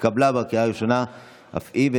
התקבלה בקריאה הראשונה אף היא,